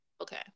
Okay